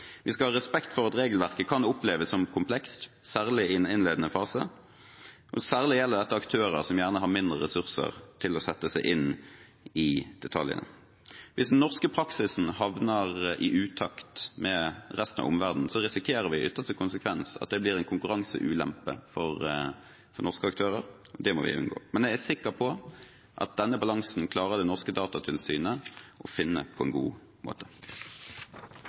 Vi skal ha respekt for at regelverket kan oppleves som komplekst, særlig i en innledende fase. Særlig gjelder dette aktører som gjerne har mindre ressurser til å sette seg inn i detaljene. Hvis den norske praksisen havner i utakt med resten av omverdenen, risikerer vi i ytterste konsekvens at det blir en konkurranseulempe for norske aktører. Det må vi unngå. Jeg er sikker på at denne balansen klarer det norske datatilsynet å finne på en god måte.